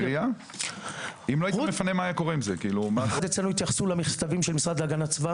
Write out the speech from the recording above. אנו במשרד התייחסו למכתבים של המשרד להגנת הסביבה